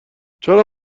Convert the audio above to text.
چرا